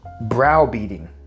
browbeating